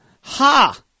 Ha